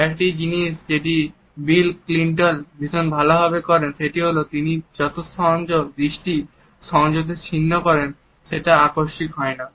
একটি জিনিস যেটি বিল ক্লিনটন ভীষণ ভালো ভাবে করেন সেটি হল তিনি যখন দৃষ্টি সংযত ছিন্ন করেন সেটা আকস্মিক হয় না